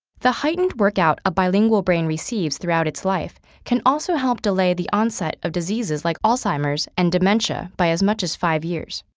the heightened workout a bilingual brain receives throughout its life can also help delay the onset of diseases, like alzheimer's and dementia by as much as five years.